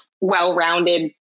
well-rounded